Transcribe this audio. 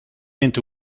into